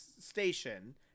Station